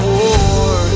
war